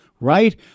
Right